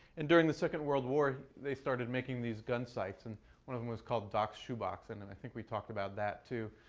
and during the second world war, they started making these gun sights. and one of them was called doc's shoebox. and and then i think we talked about that too,